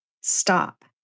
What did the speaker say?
stop